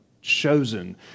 chosen